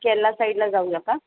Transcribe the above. केरला साईडला जाऊ या का